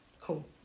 cool